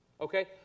Okay